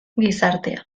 gizartea